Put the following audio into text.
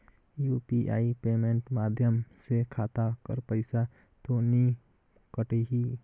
UPI payment माध्यम से खाता कर पइसा तो नी कटही?